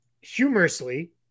humorously